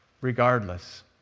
regardless